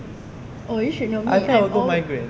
I thought I will get migraine